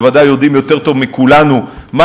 הם בוודאי יודעים יותר טוב מכולנו מה